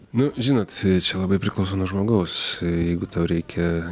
nu žinot čia labai priklauso nuo žmogaus jeigu tau reikia